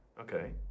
Okay